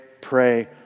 pray